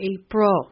April